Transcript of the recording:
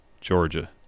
Georgia